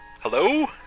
Hello